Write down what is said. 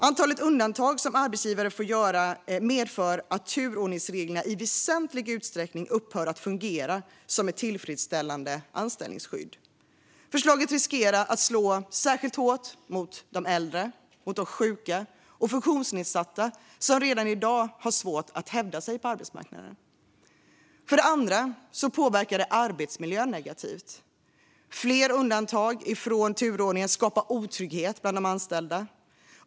Antalet undantag som arbetsgivare får göra medför att turordningsreglerna i väsentlig utsträckning upphör att fungera som ett tillfredsställande anställningsskydd. Förslaget riskerar att slå särskilt hårt mot äldre, sjuka och funktionsnedsatta, som redan i dag har svårt att hävda sig på arbetsmarknaden. För det andra påverkar det arbetsmiljön negativt. Fler undantag från turordningen skapar otrygghet bland de anställda.